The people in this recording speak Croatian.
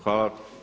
Hvala.